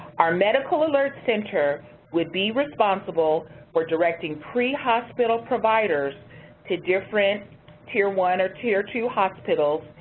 our medical alert center would be responsible for directing pre-hospital providers to different tier one or tier two hospitals,